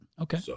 Okay